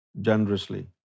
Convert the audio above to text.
generously